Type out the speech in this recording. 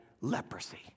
leprosy